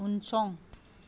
उनसं